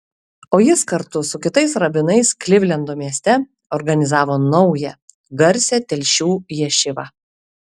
o jis kartu su kitais rabinais klivlendo mieste organizavo naują garsią telšių ješivą